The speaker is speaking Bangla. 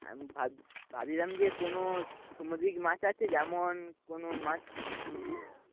আমি ভাবছিলাম যে কোনো সামুদ্রিক মাছ আছে যেমন কোনো মাছ সামুদ্রিক